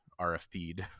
rfp'd